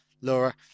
Laura